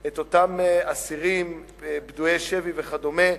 את אותם אסירים פדויי שבי וכדומה,